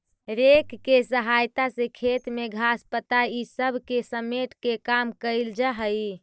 rake के सहायता से खेत में घास, पत्ता इ सब के समेटे के काम कईल जा हई